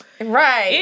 Right